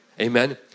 Amen